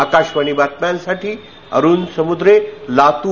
आकाशवाणी बातम्यांसाठी अरुण समुद्रे लातूर